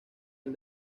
del